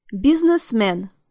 Businessman